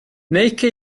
make